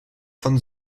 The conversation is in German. von